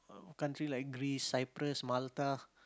country like Greece Cyprus Malta